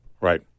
Right